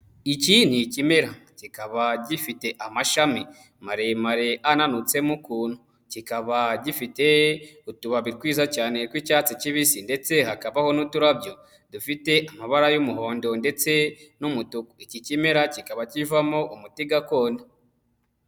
Iki ni ikimera, kikaba gifite amashami maremare ananutsemo ukuntu, kikaba gifite utubabi twiza cyane tw'icyatsi kibisi ndetse hakabaho n'uturabyo dufite amabara y'umuhondo ndetse n'umutuku, iki kimera kikaba kivamo umuti gakondo.